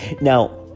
Now